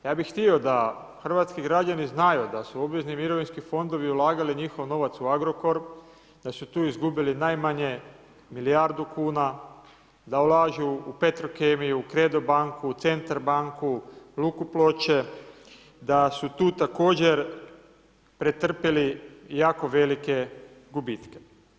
Ja bih htio da hrvatski građani znaju da su obvezni mirovinski fondovi ulagali njihov novac u Agrokor, da su tu izgubili najmanje milijardu kuna, da ulažu u Petrokemiju, u Kredo banku, u Centar banku, Luku Ploče, da su tu također pretrpjeli jako velike gubitke.